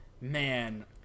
Man